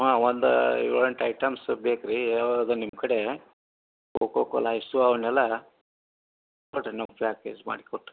ಹಾಂ ಒಂದು ಏಳು ಎಂಟು ಐಟಮ್ಸ್ ಬೇಕು ರೀ ಯಾವು ಅದಾ ನಿಮ್ಮ ಕಡೆ ಕೊಕೊ ಕೋಲಾ ಐಸು ಅವನ್ನೆಲ್ಲ ಕೊಡಿರಿ ನೀವು ಫ್ಯಾಕೇಜ್ ಮಾಡಿ ಕೊಟ್ಟು